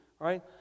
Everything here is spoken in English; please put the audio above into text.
Right